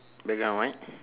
background right